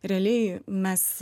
realiai mes